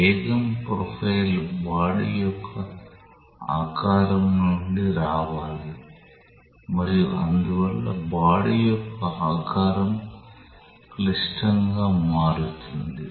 వేగం profile body యొక్క ఆకారం నుండి రావాలి మరియు అందువల్ల బాడీ యొక్క ఆకారం క్లిష్టంగా మారుతుంది